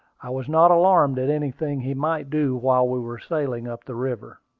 i was not alarmed at anything he might do while we were sailing up the river.